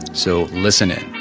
so, listen in